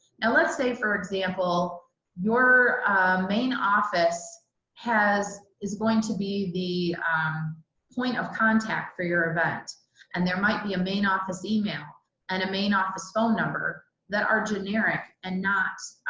now, let's say for example your main office is going to be the point of contact for your event and there might be a main office email and a main office phone number that are generic and not